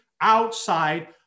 outside